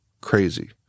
crazy